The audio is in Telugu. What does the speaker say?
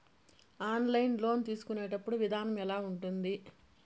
ఆన్లైన్ లోను తీసుకునేటప్పుడు విధానం ఎలా ఉంటుంది